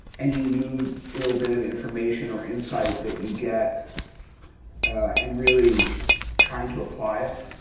any new little bit of information or insight that you get and really trying to apply it.